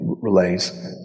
relays